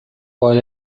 while